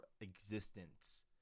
existence